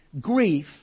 grief